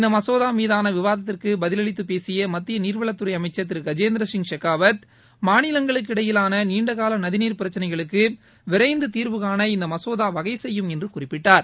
இந்த மசோதா மீதான விவாத்திற்கு பதிலளித்து பேசிய மத்திய நீர்வளத்துறை அமைச்சர் திரு கஜேந்திர சிங் ஷெகாவத் மாநிலங்களுக்கு இடையிலான நீண்டகால நதிநீர் பிரச்சினைகளுக்கு விரைந்து தீர்வுகாண இந்த மசோதா வகை செய்யும் என்று குறிப்பிட்டார்